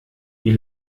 wie